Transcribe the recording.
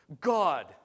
God